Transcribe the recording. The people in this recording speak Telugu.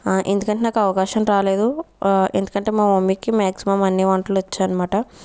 ఆ ఎందుకంటే నాకు అవకాశం రాలేదు ఎందుకంటే మా మమ్మీకి మ్యాక్సిమం అన్ని వంటలు వచ్చనమాట